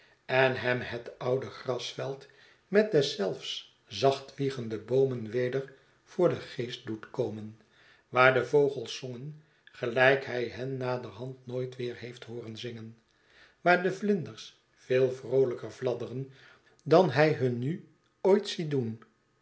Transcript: en hem het oude grasveld met deszelfs zachtwiegende boomen weder voor den geest doet komen waar de vogels zongen gelijk hij hen naderhand nooit weer heeft hooren zingen waar de vlinders veel vroolijker fladderden dan hij hen nu ooit ziet doen